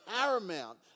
paramount